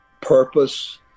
purpose